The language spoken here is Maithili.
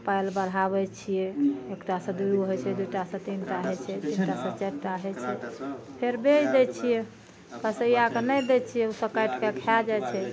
पालि बढ़ाबै छियै एकटा सऽ दुइ गो होइ छै दू टा सऽ तीन टा सऽ चारि टा होइ छै फेर बेच दै छियै कसैयाके नहि दै छियै ओसब काटि कऽ खा जाइ छै